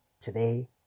Today